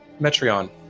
Metreon